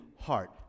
heart